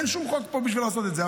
אין שום חוק פה בשביל לעשות את זה.